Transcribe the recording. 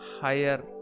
higher